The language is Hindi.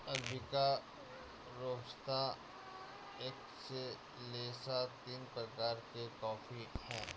अरबिका रोबस्ता एक्सेलेसा तीन प्रकार के कॉफी हैं